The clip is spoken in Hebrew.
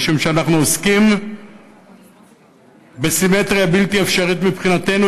משום שאנחנו עוסקים בסימטריה בלתי אפשרית מבחינתנו,